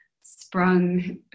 sprung